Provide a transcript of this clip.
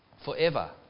forever